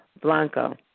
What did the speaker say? Blanco